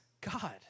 God